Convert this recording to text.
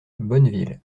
bonneville